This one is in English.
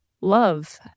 love